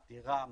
פטירה,